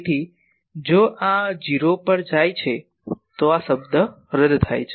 તેથી જો આ 0 પર જાય છે તો આ પદ રદ થાય છે